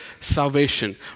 salvation